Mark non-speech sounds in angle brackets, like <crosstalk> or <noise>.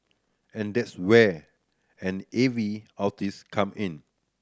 and that's where an A V <unintelligible> come in